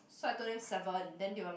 so I told them seven then they were like